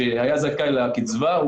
כשהוא היה זכאי לקצבה,